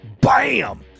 bam